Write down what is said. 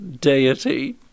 deity